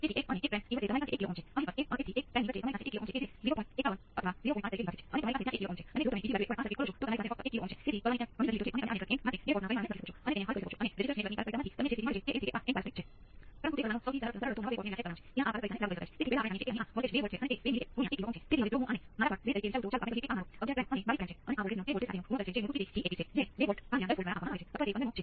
તેથી તમારે આ બંને જાણવું જોઈએ અને આને કેવી રીતે હલ કરવું તે એક ખૂબ જ સરળ સમીકરણમાંથી બહાર આવે છે અને તે સમયે તે બહાર આવે છે તેનું કારણ એ છે કે તમે આ સર્કિટ માં વિદ્યુત પ્રવાહ ચાલુ રહે છે